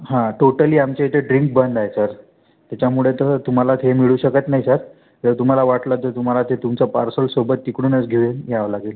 हां टोटली आमच्या इथे ड्रिंक बंद आहे सर त्याच्यामुळे तर तुम्हाला ते मिळू शकत नाही सर जर तुम्हाला वाटलं तर तुम्हाला ते तुमचं पार्सल सोबत तिकडूनच घेऊन यावं लागेल